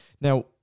Now